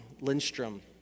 Lindstrom